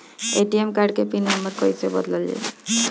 ATM card के PIN number कईसे बदलल जाई?